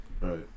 right